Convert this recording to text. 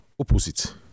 opposite